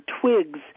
twigs